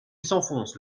s’enfonce